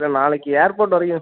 sir நாளைக்கு airport வரைக்கும்